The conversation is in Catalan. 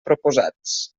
proposats